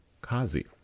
Kazi